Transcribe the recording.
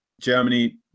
Germany